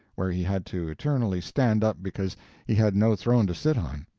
where he had to eternally stand up because he had no throne to sit on,